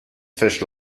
fish